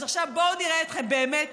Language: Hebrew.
אז עכשיו בואו נראה אתכם באמת